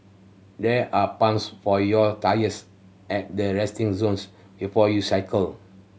there are pumps for your tyres at the resting zones before you cycle